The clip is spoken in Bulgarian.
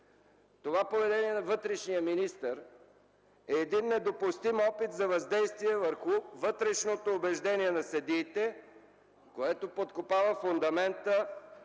Това поведение на вътрешния министър е недопустим опит за въздействие върху вътрешното убеждение на съдиите, което подкопава фундамента